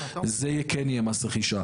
זה כן יהיה במס רכישה.